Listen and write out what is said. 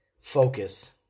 focus